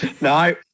No